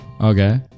Okay